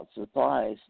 supplies